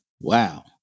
wow